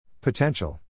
Potential